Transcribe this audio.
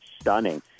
stunning